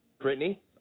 Brittany